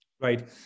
right